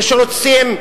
ורוצים,